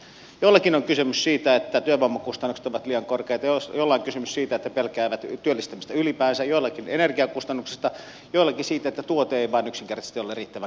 joillakin on kysymys siitä että työvoimakustannukset ovat liian korkeat ja joillakin on kysymys siitä että pelkäävät työllistämistä ylipäänsä joillakin energiakustannuksista joillakin siitä että tuote ei vain yksinkertaisesti ole riittävän kilpailukykyinen